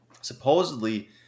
supposedly